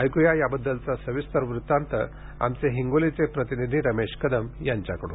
ऐकूया याबद्दलचा सविस्तर वृत्तांत आमचे हिंगोलीचे प्रतिनिधी रमेश कदम यांच्याकडून